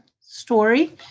story